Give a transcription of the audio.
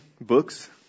books